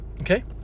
okay